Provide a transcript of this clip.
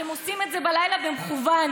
אתם עושים את זה בלילה במכוון,